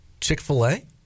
Chick-fil-A